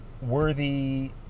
worthy